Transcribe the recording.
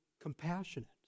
compassionate